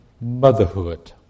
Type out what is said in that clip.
Motherhood